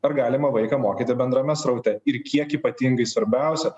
ar galima vaiką mokyti bendrame sraute ir kiek ypatingai svarbiausia